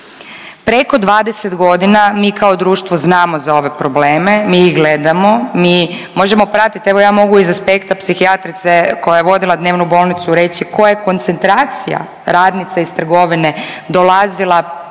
Preko 20.g. mi kao društvo znamo za ove probleme, mi ih gledamo, mi ih možemo pratit, evo ja mogu iz aspekta psihijatrice koja je vodila Dnevnu bolnicu reći koja je koncentracija radnica iz trgovine dolazila pod